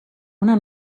una